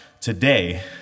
today